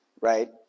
right